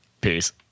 Peace